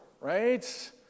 right